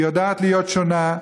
היא יודעת להיות שונה,